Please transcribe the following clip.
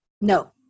No